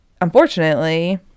Unfortunately